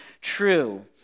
true